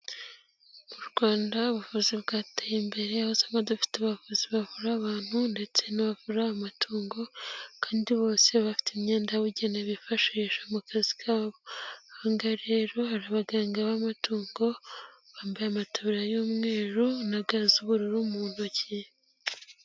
Mu Rwanda ubuvuzi bwateye imbere aho usanga dufite abakozi bavura abantu ndetse n'abavura amatungo kandi bose bafite imyenda yabugenewe bifashisha mu kazi kabo, ahangaha rero hari abaganga b'amatungo bambaye amatabura y'umweru na ga z'ubururu mu ntoki.